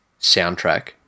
soundtrack